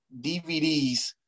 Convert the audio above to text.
DVDs